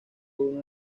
uno